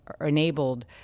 enabled